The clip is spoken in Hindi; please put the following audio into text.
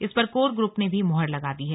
इस पर कोर ग्रुप ने भी मुहर लगा दी है